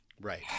Right